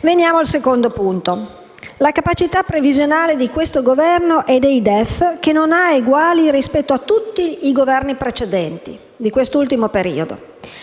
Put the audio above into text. Veniamo al secondo punto: la capacità previsionale di questo Governo e dei DEF che non ha eguali rispetto a tutti i Governi precedenti di quest'ultimo periodo.